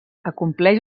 acompleix